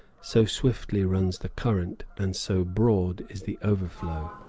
so swiftly runs the current and so broad is the overflow.